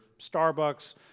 Starbucks